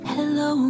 Hello